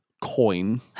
coin